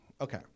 Okay